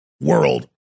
world